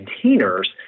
containers